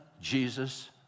Jesus